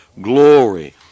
glory